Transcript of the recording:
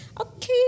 okay